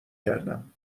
کردم